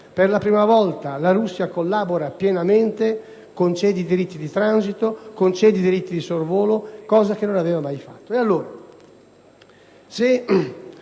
per la prima volta la Russia collabora pienamente, concedendo i diritti di transito e di sorvolo, cosa che non aveva mai fatto.